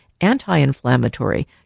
anti-inflammatory